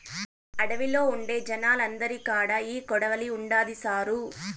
అడవిలో ఉండే జనాలందరి కాడా ఈ కొడవలి ఉండాది సారూ